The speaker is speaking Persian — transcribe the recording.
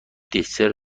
دسر